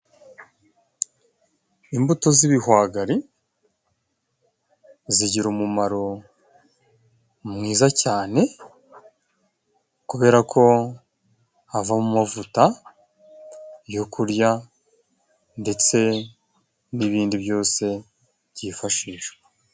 Imbuto z'ibihwagari zigira umumaro mwiza cyane, kubera ko havamo amavuta yo kurya ndetse n'ibindi byose byifashishwa.